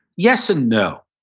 yes and no.